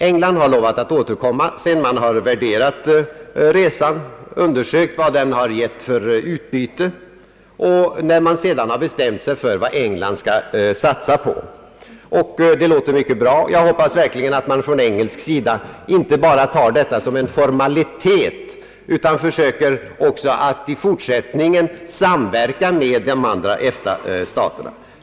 England har lovat att återkomma sedan man värderat erfarenheterna från besöken, konstaterat vilket utbyte de gett och bestämt sig för vad England skall satsa på. Detta låter mycket bra. Jag hoppas verkligen att man från engelsk sida inte bara tar detta som en formalitet utan också försöker att i fortsättningen samverka med de andra EFTA-staterna.